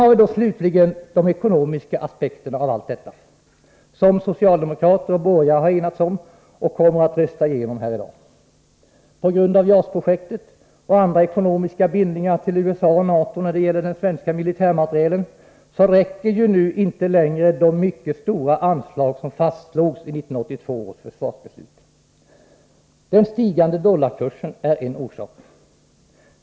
Slutligen har vi de ekonomiska aspekterna av allt detta, som socialdemokrater och borgare har enats om och kommer att rösta igenom här i dag. På grund av JAS-projektet och andra ekonomiska bindningar till USA och NATO när det gäller den svenska militärmaterielen, räcker inte längre de mycket stora anslag som fastslogs i 1982 års försvarsbeslut. Den stigande dollarkursen är en orsak.